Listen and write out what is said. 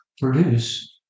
produce